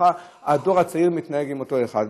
ככה הדור הצעיר מתנהג עם אותו אחד.